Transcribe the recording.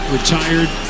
Retired